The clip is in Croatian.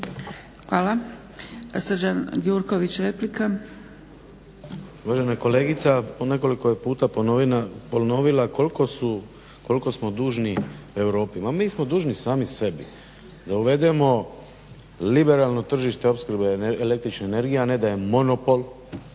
Hvala. Srđan Gjurković, replika.